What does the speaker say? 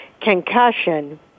Concussion